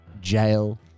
jail